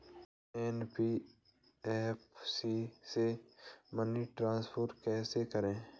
NBFC से money transfer कैसे करें?